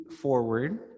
forward